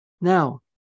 Now